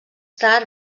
tard